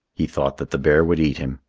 he thought that the bear would eat him.